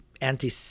anti